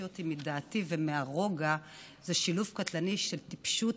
אותי מדעתי ומהרוגע זה שילוב קטלני של טיפשות,